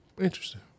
Interesting